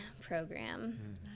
program